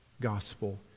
gospel